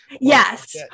Yes